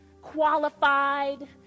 qualified